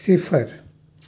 صفر